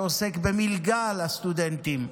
שעוסק במלגה לסטודנטים,